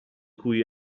cui